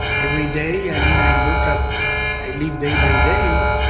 every day, i mean, i look at i live day by day,